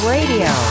Radio